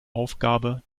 aufgabe